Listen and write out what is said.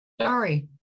Sorry